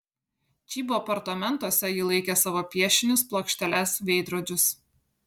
čybo apartamentuose ji laikė savo piešinius plokšteles veidrodžius